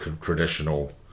Traditional